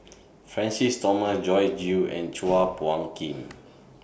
Francis Thomas Joyce Jue and Chua Phung Kim